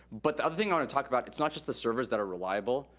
but the other thing i wanna talk about, it's not just the servers that are reliable.